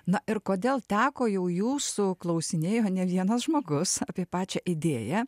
na ir kodėl teko jau jūsų klausinėjo ne vienas žmogus apie pačią idėją